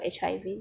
HIV